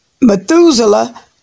Methuselah